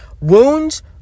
Wounds